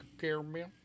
caramel